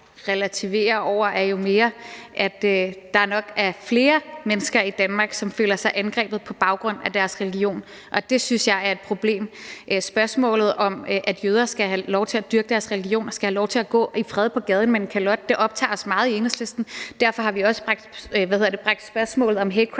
relativerer, er mere, at der nok er flere mennesker i Danmark, som føler sig angrebet på baggrund af deres religion, og det synes jeg er et problem. Spørgsmålet om, at jøder skal have lov til at dyrke deres religion og skal have lov til at gå i fred på gaden med en kalot, optager os meget i Enhedslisten, og derfor har vi også bragt spørgsmålet om hate